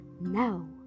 Now